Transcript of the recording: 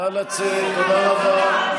תודה רבה.